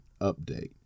update